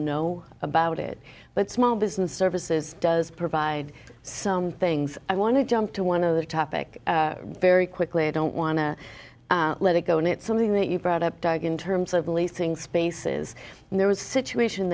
know about it but small business services does provide some things i want to jump to one of the topic very quickly i don't want to let it go and it's something that you brought up in terms of leasing spaces and there was a situation